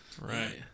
Right